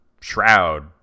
Shroud